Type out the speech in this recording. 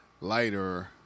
lighter